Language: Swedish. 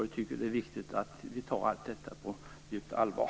Jag tycker att det är viktigt att vi tar dessa problem på djupaste allvar.